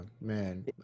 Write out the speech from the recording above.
man